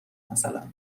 مثلا